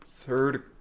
third